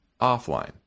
offline